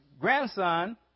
grandson